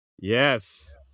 Yes